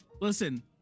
listen